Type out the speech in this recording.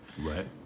Right